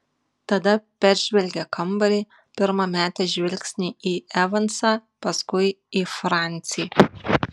tada peržvelgė kambarį pirma metė žvilgsnį į evansą paskui į francį